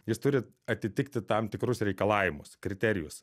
jis turi atitikti tam tikrus reikalavimus kriterijus